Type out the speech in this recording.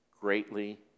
greatly